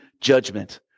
judgment